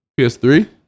PS3